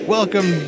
Welcome